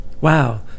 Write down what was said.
Wow